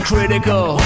Critical